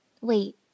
Wait